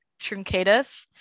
truncatus